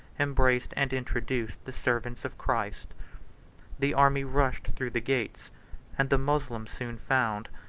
embraced and introduced the servants of christ the army rushed through the gates and the moslems soon found,